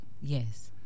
Yes